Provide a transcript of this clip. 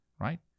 right